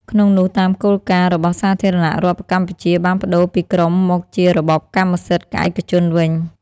ក្នុងនោះតាមគោលការណ៍របស់សាធារណរដ្ឋកម្ពុជាបានប្តូរពីក្រុមមកជារបបកម្មសិទ្ធិឯកជនវិញ។